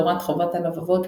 תורת חובת הלבבות,